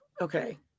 Okay